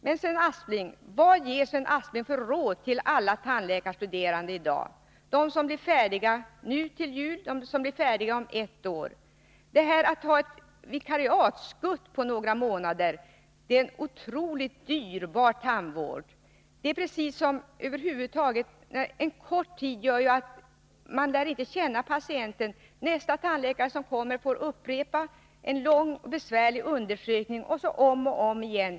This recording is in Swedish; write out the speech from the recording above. Men vad ger Sven Aspling för råd till alla tandläkarstuderande i dag -— till dem som blir färdiga till jul och till dem som blir färdiga om ett år? Att ha vikariatskutt på några månader innebär en otroligt dyrbar tandvård. Eftersom det är en så kort tid lär man inte känna patienten, och nästa tandläkare som kommer får upprepa en lång, besvärlig undersökning — om och om igen.